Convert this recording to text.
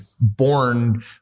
born